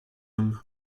homme